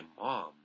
mom